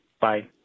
Bye